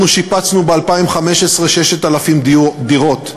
אנחנו שיפצנו ב-2015 6,000 דירות,